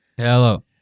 Hello